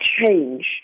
change